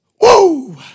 woo